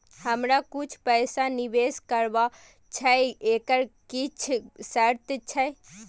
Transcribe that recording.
हमरा कुछ पैसा निवेश करबा छै एकर किछ शर्त छै?